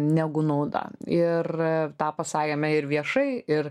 negu nauda ir tą pasakėme ir viešai ir